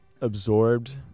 absorbed